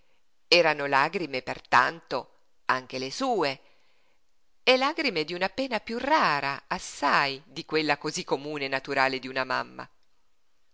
erano lagrime per tanto anche le sue e lagrime d'una pena piú rara assai di quella cosí comune e naturale d'una mamma